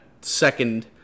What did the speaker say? second